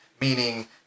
meaning